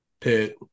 pit